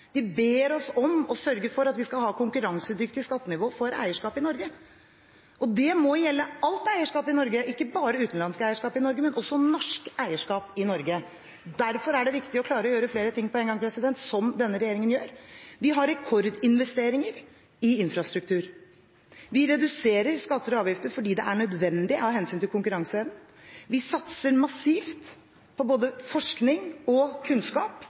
skal ha konkurransedyktig skattenivå for eierskap i Norge. Det må gjelde alt eierskap i Norge, ikke bare utenlandsk eierskap i Norge, men også norsk eierskap i Norge. Derfor er det viktig å klare å gjøre flere ting på en gang, slik denne regjeringen gjør. Vi har rekordinvesteringer i infrastruktur. Vi reduserer skatter og avgifter fordi det er nødvendig av hensyn til konkurranseevnen. Vi satser massivt på både forskning og kunnskap,